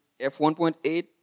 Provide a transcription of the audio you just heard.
F1.8